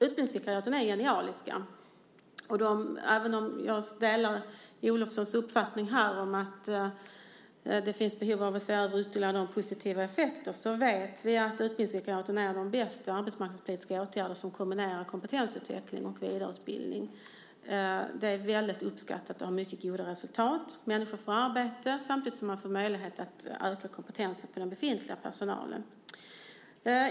Utbildningsvikariaten är genialiska, och även om jag delar Olofssons uppfattning att det finns behov av att ytterligare se över de positiva effekterna vet vi att utbildningsvikariaten är de bästa arbetsmarknadspolitiska åtgärderna eftersom de kombinerar kompetensutveckling och vidareutbildning. De är mycket uppskattade och har gett mycket goda resultat. Människor får arbete samtidigt som den befintliga personalen får möjlighet att öka sin kompetens.